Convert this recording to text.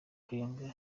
kayonga